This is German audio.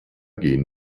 gehen